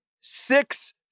six